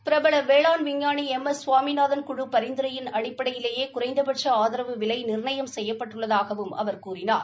பிரபல வேளாண் விஞ்ஞானி எம் எஸ் சுவாமிநாதன் குழு பரிந்துரையின் அடிப்படையிலேயே குறைந்தபட்ச ஆதரவு விலை நிர்ணயம் செய்யப்பட்டுள்ளதாகவும் அவர் கூறினார்